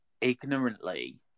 ignorantly